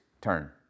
turn